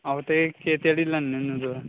आहो तो केह् ध्याड़ी लैन्ने होन्ने तुस